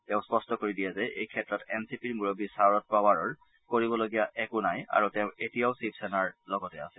তেওঁ স্পষ্ট কৰি দিয়ে যে এই ক্ষেত্ৰত এন চি পিৰ মূৰববী শাৰদ পাৱাৰৰ কৰিবলগীয়া একো নাই আৰু তেওঁ এতিয়াও শিৱসেনাৰ লগতে আছে